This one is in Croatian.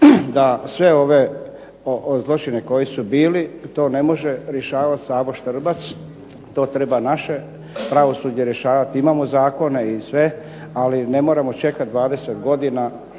da sve ove zločine koji su bili, to ne može rješavati Savo Štrbac, to treba naše pravosuđe rješavati, imamo zakone i sve, ali ne moramo čekati 20 godina,